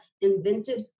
Invented